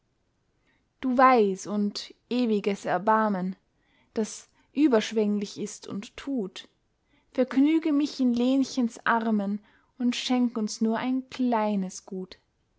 du weis und ewiges erbarmen das überschwenglich ist und tut vergnüge mich in lenchens armen und schenk uns nur ein kleines gut